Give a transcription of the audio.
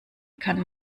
kann